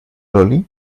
lolli